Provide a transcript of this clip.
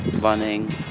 running